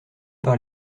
par